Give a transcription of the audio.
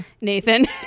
nathan